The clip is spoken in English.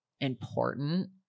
important